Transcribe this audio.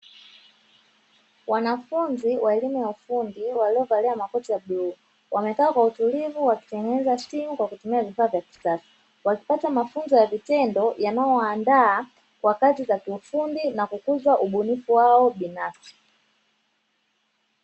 Wanafunzi wa elimu ya ufundi waliovalia makoti ya bluu wamekaa kwa utulivu wakitengeneza simu kwa kutumia vifaa vya kisasa, wakipata mafunzo ya vitendo yanayowaandaa kwa kazi za kiufundi na kukuza ubunifu wao binafsi.